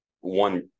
one